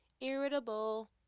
irritable